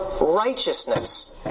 righteousness